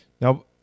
now